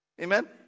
Amen